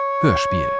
Hörspiel